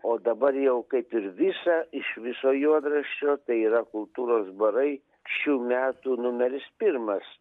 o dabar jau kaip ir visą iš viso juodraščio tai yra kultūros barai šių metų numeris pirmas